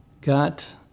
Got